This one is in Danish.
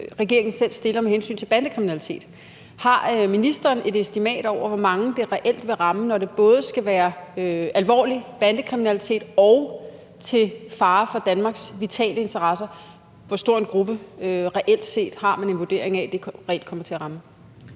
regeringen også selv fremsætter. Har ministeren et estimat over, hvor mange det reelt vil ramme, når det både skal gælde alvorlig bandekriminalitet og noget, der er til fare for Danmarks vitale interesser? Hvor stor en gruppe vurderer man det reelt set vil komme til at ramme?